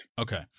Okay